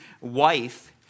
wife